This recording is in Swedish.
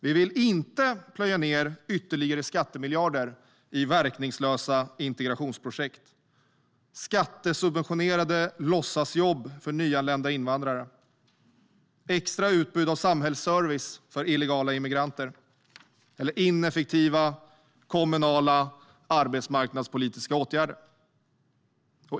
Vi vill inte plöja ned ytterligare skattemiljarder i verkningslösa integrationsprojekt, skattesubventionerade låtsasjobb för nyanlända invandrare, extra utbud av samhällsservice för illegala immigranter eller ineffektiva kommunala arbetsmarknadspolitiska åtgärder.